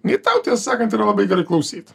nei tau tiesą sakant yra labai gerai klausyt